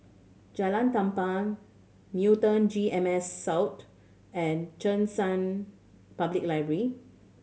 Jalan Tampang Newton G M S South and Cheng San Public Library